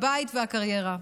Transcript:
הבית והקריירה.